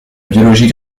biologie